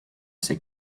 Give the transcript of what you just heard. ses